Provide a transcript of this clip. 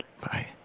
Bye